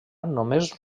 només